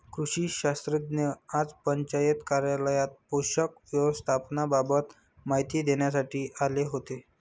कृषी शास्त्रज्ञ आज पंचायत कार्यालयात पोषक व्यवस्थापनाबाबत माहिती देण्यासाठी आले होते